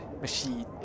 Machine